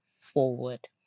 forward